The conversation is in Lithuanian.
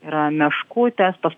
yra meškutės tos pačios